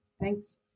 Thanks